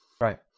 Right